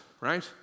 right